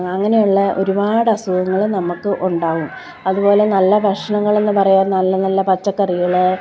അങ്ങനെയുള്ള ഒരുപാട് അസുഖങ്ങൾ നമുക്ക് ഉണ്ടാകും അതു പോലെ നല്ല ഭക്ഷണങ്ങളെന്നു പറയാൻ നല്ല നല്ല പച്ചക്കറികൾ